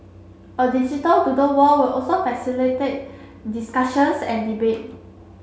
a digital doodle wall will also facilitate discussions and debate